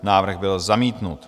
Návrh byl zamítnut.